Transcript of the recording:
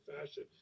fashion